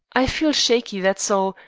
i feel shaky, that's all,